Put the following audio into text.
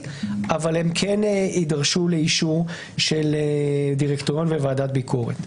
אבל הם כן יידרשו לאישור דירקטוריון וועדת ביקורת.